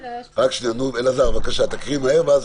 אלעזר, בבקשה, תקריא מהר.